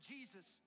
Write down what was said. Jesus